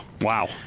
Wow